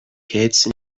kits